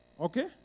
Okay